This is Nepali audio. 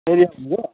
फेरि हाम्रो